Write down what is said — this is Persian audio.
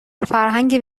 فرهنگ